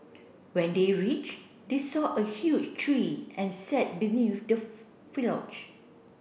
when they reach they saw a huge tree and sat beneath the